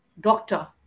doctor